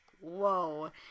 whoa